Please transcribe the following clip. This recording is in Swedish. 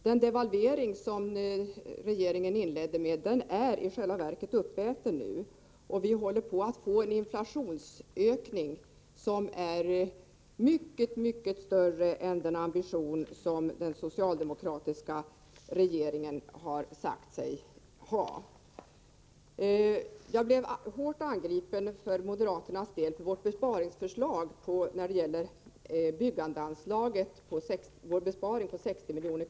Den devalvering som regeringen inledde med är i själva verket uppäten nu, och vi kommer att få en inflation som är mycket större än vad den socialdemokratiska regeringen har sagt sig ha som ambition. Jag blev hårt angripen för moderaternas besparingsförslag på 60 milj.kr. när det gäller byggandeanslaget.